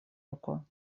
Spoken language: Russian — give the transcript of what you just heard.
руку